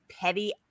petty